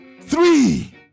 three